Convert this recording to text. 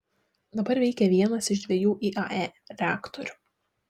dabar veikia vienas iš dviejų iae reaktorių